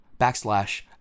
backslash